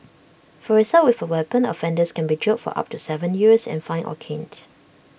for assault with A weapon offenders can be jailed for up to Seven years and fined or caned